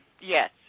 Yes